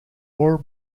more